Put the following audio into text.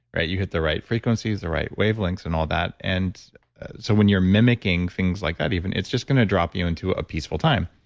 right? you hit the right frequencies, the right wavelengths and all that and so when you're mimicking things like that even, it's just going to drop you into a peaceful time.